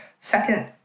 second